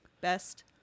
Best